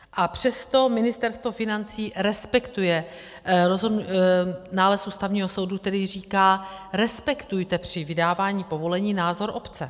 A přesto Ministerstvo financí respektuje nález Ústavního soudu, který říká, respektujte při vydávání povolení názor obce.